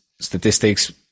statistics